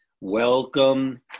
Welcome